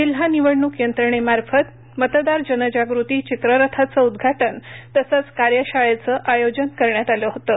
जिल्हा निवडणूक यंत्रणेमार्फत मतदार जनजागृती चित्ररथाचं उदघाटन तसंच कार्यशाळेचं आयोजन करण्यात आलं होतं